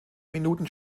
minuten